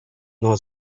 not